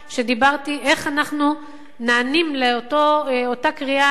שדיברתי על איך אנחנו נענים לאותה קריאה,